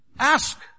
ask